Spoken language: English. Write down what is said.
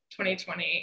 2020